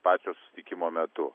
pačio susitikimo metu